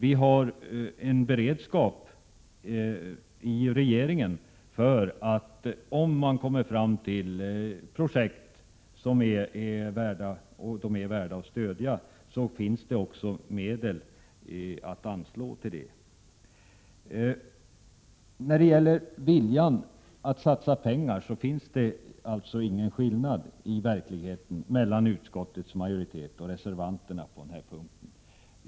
Det finns en beredskap i regeringen, om det kommer fram projekt som är värda att stödja, så att medel kan anslås. När det gäller viljan att satsa pengar finns det alltså i verkligheten ingen skillnad mellan utskottsmajoriteten och reservanterna.